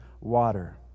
water